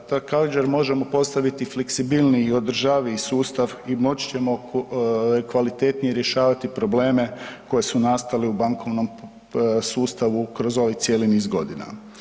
Također možemo postavit i fleksibilniji i održaviji sustav i moći ćemo kvalitetnije rješavati probleme koji su nastali u bankovnom sustavu kroz ovaj cijeli niz godina.